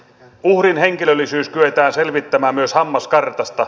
uhrin henkilöllisyys kyetään selvittämään myös hammaskartasta